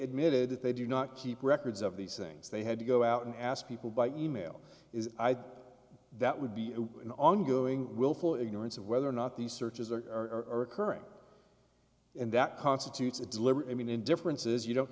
admitted that they do not keep records of these things they had to go out and ask people by email is that would be an ongoing willful ignorance of whether or not these searches are current and that constitutes a deliberate i mean indifferences you don't